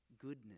goodness